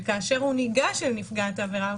וכאשר הוא ניגש לנפגעת העבירה,